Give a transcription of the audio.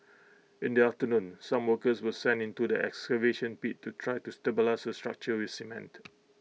in the afternoon some workers were sent into the excavation pit to try to stabilise the structure with cement